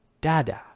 da-da